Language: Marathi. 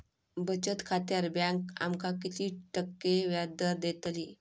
बचत खात्यार बँक आमका किती टक्के व्याजदर देतली?